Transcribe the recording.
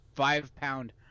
five-pound